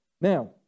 Now